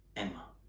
emma.